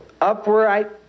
upright